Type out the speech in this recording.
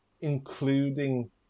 including